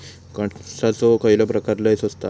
कणसाचो खयलो प्रकार लय स्वस्त हा?